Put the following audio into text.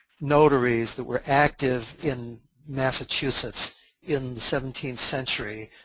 notaries that were active in massachusetts in the seventeenth century.